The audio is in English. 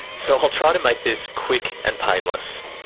so i'll try to make this quick and painless.